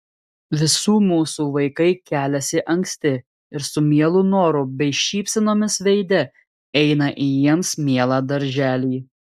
visų mūsų vaikai keliasi anksti ir su mielu noru bei šypsenomis veide eina į jiems mielą darželį